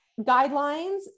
guidelines